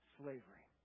slavery